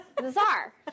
Bizarre